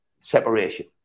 separation